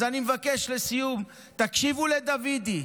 אז אני מבקש, לסיום: תקשיבו לדוידי,